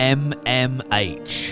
mmh